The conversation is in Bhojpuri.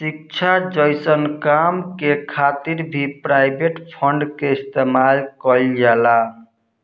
शिक्षा जइसन काम के करे खातिर भी प्राइवेट फंड के इस्तेमाल कईल जाला